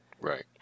Right